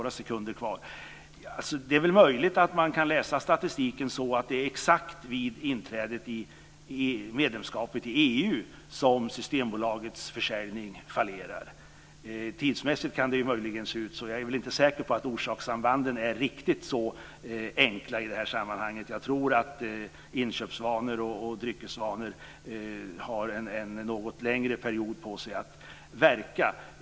Det är möjligt att man kan läsa statistiken så att det var exakt vid inträdet i medlemskapet i EU som Systembolagets försäljning började fallera. Tidsmässigt kan det möjligen se ut så, men jag är inte säker på att orsakssambanden är riktigt så enkla. Jag tror att det tar en något längre period innan inköpsvanor och dryckesvanor förändras.